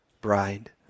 bride